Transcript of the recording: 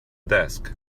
desk